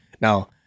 Now